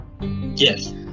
Yes